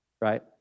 right